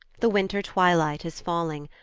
the winter twilight is falling,